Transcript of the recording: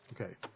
Okay